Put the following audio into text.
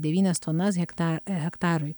devynias tonas hekta hektarui